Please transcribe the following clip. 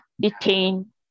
detained